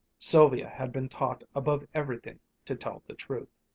sylvia had been taught above everything to tell the truth.